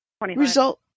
result